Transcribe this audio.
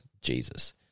Jesus